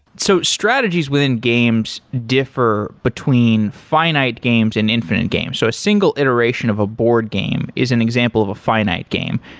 so strategies within games differ between finite games and infinite games. so a single iteration of a board game is an example of a finite game.